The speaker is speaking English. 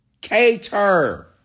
Cater